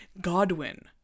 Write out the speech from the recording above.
Godwin